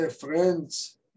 friends